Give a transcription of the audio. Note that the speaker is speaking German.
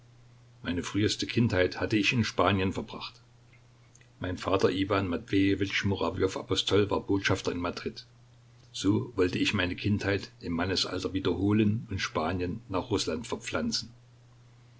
meine früheste kindheit hatte ich in spanien verbracht mein vater iwan matwejewitsch murawjow apostol war botschafter in madrid so wollte ich meine kindheit im mannesalter wiederholen und spanien nach rußland verpflanzen